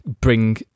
bring